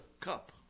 cup